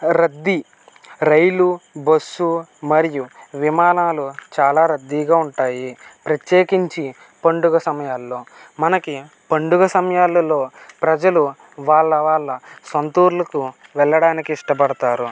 రద్దీ రైలు బస్సు మరియు విమానాలు చాలా రద్దీగా ఉంటాయి ప్రత్యేకించి పండుగ సమయాల్లో మనకి పండగ సమయాలలో ప్రజలు వాళ్ళ వాళ్ళ సొంత ఊర్లకు వెళ్ళడానికి ఇష్టపడతారు